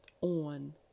on